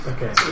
Okay